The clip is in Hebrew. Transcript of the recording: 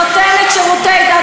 נותנת שירותי דת,